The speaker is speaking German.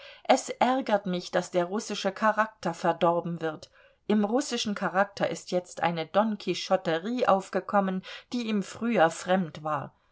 es ärgert mich daß der russische charakter verdorben wird im russischen charakter ist jetzt eine donquichotterie aufgekommen die ihm früher fremd war